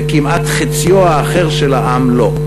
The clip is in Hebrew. וכמעט חציו האחר של העם, לא.